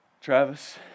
Travis